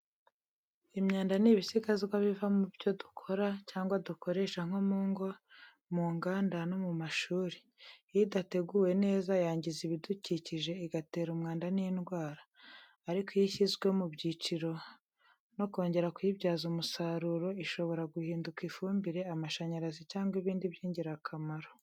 Imyanda ni ibisigazwa biva mu byo dukora cyangwa dukoresha nko mu ngo, mu nganda no mu mashuri. Iyo idateguwe neza, yangiza ibidukikije, igatera umwanda n’indwara. Ariko iyo ishyizwe mu byiciro no kongera kuyibyaza umusaruro, ishobora guhinduka ifumbire, amashanyarazi cyangwa ibindi by’ingirakamaro.